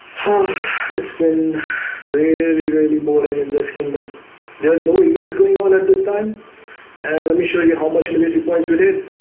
ha it's been really really boring in this kingdom there are no events going on at this time and let me show you how much military points with it.